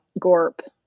gorp